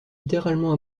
littéralement